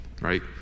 right